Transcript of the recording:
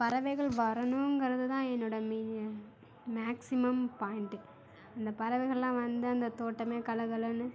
பறவைகள் வரணுங்கறது தான் என்னோட மெய்யி மேக்ஸிமம் பாய்ண்ட்டு அந்த பறவைகள்லாம் வந்து அந்த தோட்டமே கலகலன்னு